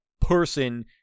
person